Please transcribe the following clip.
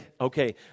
okay